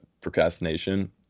procrastination